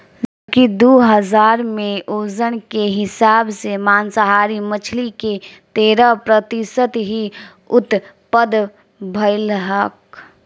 जबकि दू हज़ार में ओजन के हिसाब से मांसाहारी मछली के तेरह प्रतिशत ही उत्तपद भईलख